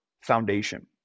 foundation